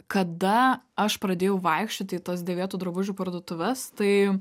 kada aš pradėjau vaikščioti į tas dėvėtų drabužių parduotuves tai